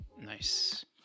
nice